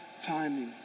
timing